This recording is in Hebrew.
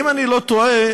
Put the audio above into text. אם אני לא טועה,